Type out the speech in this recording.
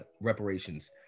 reparations